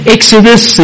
Exodus